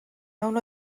mewn